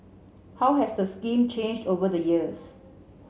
how has the scheme changed over the years